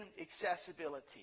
accessibility